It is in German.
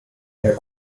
herr